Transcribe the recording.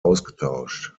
ausgetauscht